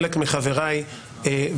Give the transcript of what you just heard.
וחלק מחבריי,